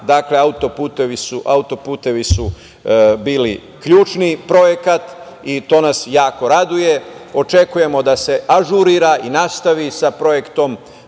autoputevi su bili ključni projekat i to nas jako raduje. Očekujemo da se ažurira i nastavi sa projektom